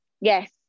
Yes